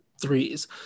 threes